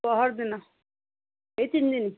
ପହରଦିନ ଏଇ ତିନି ଦିନ